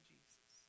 Jesus